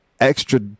extra